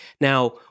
Now